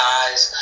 eyes